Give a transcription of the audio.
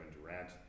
Durant